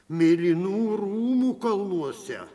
mėlynų rūmų kalnuose